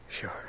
Sure